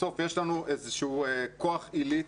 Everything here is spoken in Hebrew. בסוף יש לנו איזהו כוח עילי.